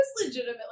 legitimately